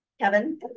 Kevin